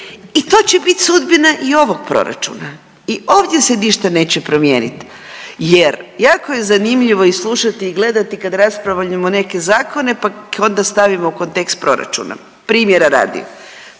i to će bit sudbina i ovog proračuna i ovdje se ništa neće promijenit jer jako je zanimljivo i slušati i gledati kad raspravljamo neke zakone, pa onda stavimo u kontekst proračuna. Primjera radi,